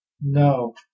No